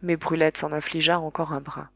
mais brulette s'en affligea encore un brin